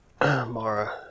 Mara